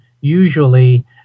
usually